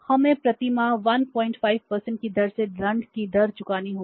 हमें प्रति माह 15 की दर से दंड की दर चुकानी होगी